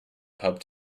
pub